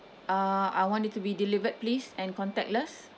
uh I want it to be delivered please and contactless